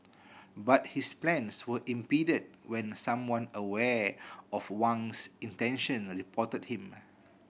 but his plans were impeded when someone aware of Wang's intention reported him